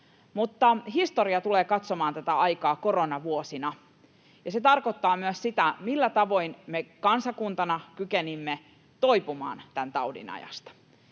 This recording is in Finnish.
Mutta historia tulee katsomaan tätä aikaa koronavuosina. Ja se tarkoittaa myös sitä, millä tavoin me kansakuntana kykenimme toipumaan tämän taudin ajasta.